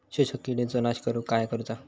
शोषक किडींचो नाश करूक काय करुचा?